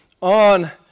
on